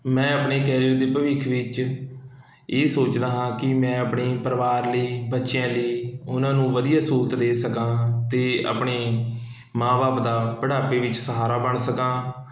ਮੈਂ ਆਪਣੇ ਕੈਰੀਅਰ ਦੇ ਭਵਿੱਖ ਵਿੱਚ ਇਹ ਸੋਚਦਾ ਹਾਂ ਕਿ ਮੈਂ ਆਪਣੇ ਪਰਿਵਾਰ ਲਈ ਬੱਚਿਆਂ ਲਈ ਉਨ੍ਹਾਂ ਨੂੰ ਵਧੀਆ ਸਹੂਲਤ ਦੇ ਸਕਾਂ ਅਤੇ ਆਪਣੇ ਮਾਂ ਬਾਪ ਦਾ ਬੁਢਾਪੇ ਵਿੱਚ ਸਹਾਰਾ ਬਣ ਸਕਾਂ